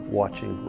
watching